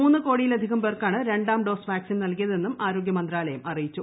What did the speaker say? മൂന്ന് കോടിയിലധികം പേർക്കാണ് രണ്ടാം ഡോസ് വാക്സിൻ നൽകിയത് എന്നും ആരോഗ്യമന്ത്രാലയം അറിയിച്ചു